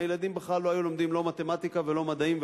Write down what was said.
הילדים בכלל לא היו לומדים לא מתמטיקה ולא מדעים,